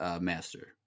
master